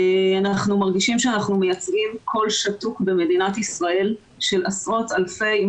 אנחנו מרגישים שאנחנו מייצגים כל שתוק במדינת ישראל של עשרות אלפי אם